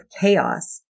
chaos